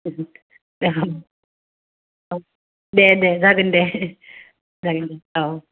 औ दे दे जागोन दे जागोन औ